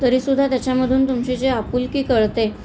तरीसुद्धा त्याच्यामधून तुमची जी आपुलकी कळते